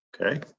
Okay